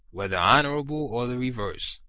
whether honourable or the reverse.